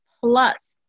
plus